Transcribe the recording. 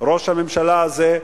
ראש הממשלה הזה,